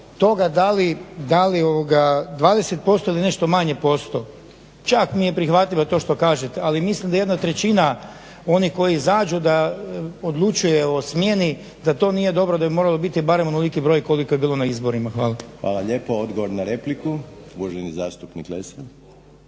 toga da li 20% ili nešto manje posto, čak mi je prihvatljivo to što kažete, ali mislim da jedna trećina onih koji izađu, da odlučuje o smjeni da to nije dobro, da bi moralo biti barem onoliki broj koliko je bilo na izborima. Hvala. **Reiner, Željko (HDZ)** Hvala lijepa. Odgovor na repliku, uvaženi zastupnik Lesar.